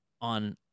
on